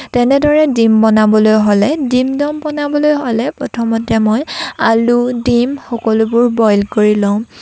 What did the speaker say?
তেনেদৰে ডিম বনাবলৈ হ'লে ডিম দম বনাবলৈ হ'লে প্ৰথমতে মই আলু ডিম সকলোবোৰ বইল কৰি লওঁ